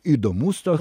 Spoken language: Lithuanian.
įdomus toks